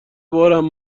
بارم